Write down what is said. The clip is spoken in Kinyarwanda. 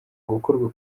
gukorwa